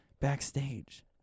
backstage